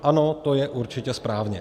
Ano, to je určitě správně.